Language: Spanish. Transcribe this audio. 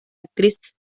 actriz